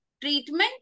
treatment